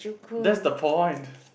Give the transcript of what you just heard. that's the point